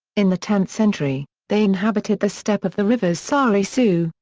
in the tenth century, they inhabited the steppe of the rivers sari-su,